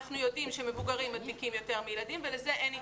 אלא אנחנו יודעים שמבוגרים מדביקים יותר מילדים ולזה אין התייחסות.